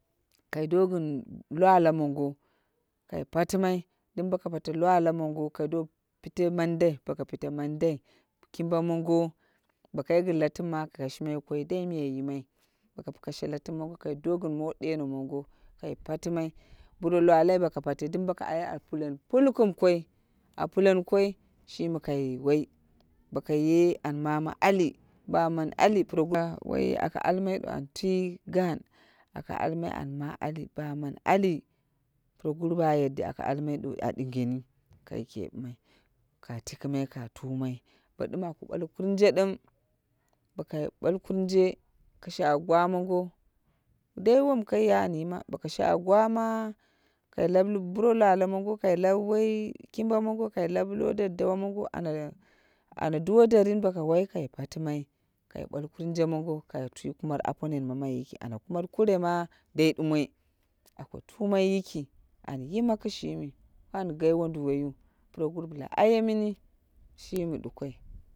Kai do gin lwa- lwa mongo, kai pati mai, dum boko pate lwa- lwa mongo kai do pite mandai, bo ko pite mandai kimba mongo, bo kai gin latim ma a ka kashimai koi dai miya yimai boko kashe latim mongo kai do gin mot ɗeno mongo kai patimai, buro lwa- lwa boko pate dum boko ali a paleni pulkum koi a puleni koi shimi kai woi boko ye an mama ali ba man ali aka almai an twi gan aka almai an ma ali purogur ba yadde aka almai dow a dingeni kai kepmai ka tikimai ka tumai. Bo dim a ka bwal kurnje dim bo kai bwal ku'unje ka shaye gwa mongo dai wom kai ya an yima. Bo ka shaye gwa ma kai lawu bwo lwa- lwa mongo kai lau kimba mongo, kai lau lo daddawa mongo ana duwo darin boko wai kai patimai kai bwal kurunje mongo ka twi kumar aponen mamai yiki ana kumat kure ma dai ɗumoi aka tumai yiki an yima kishimi, an gai wonduwoyu. Puroguru bla ayemini, shimi dukoi.